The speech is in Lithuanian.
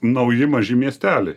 nauji maži miesteliai